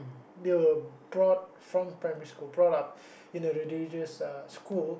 they were brought from primary school brought up in a religious uh school